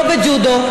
לא בג'ודו,